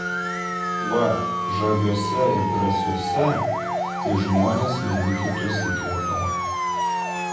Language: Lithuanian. va žaviuose ir drąsiuose tai žmonės vieni kitus įkvepia